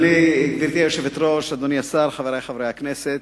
גברתי היושבת-ראש, אדוני השר, חברי חברי הכנסת,